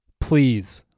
Please